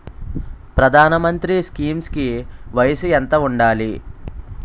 ప్రధాన మంత్రి స్కీమ్స్ కి వయసు ఎంత ఉండాలి?